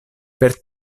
per